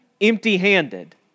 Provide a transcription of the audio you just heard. empty-handed